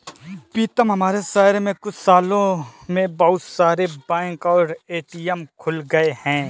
पीतम हमारे शहर में कुछ सालों में बहुत सारे बैंक और ए.टी.एम खुल गए हैं